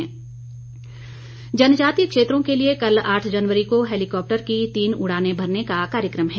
उड़ान जनजातीय क्षेत्रों के लिए कल आठ जनवरी को हैलिकॉप्टर की तीन उड़ाने भरने का कार्यक्रम है